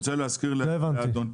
לא הבנתי.